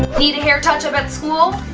need a hair touch-up at school?